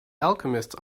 alchemist